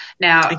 Now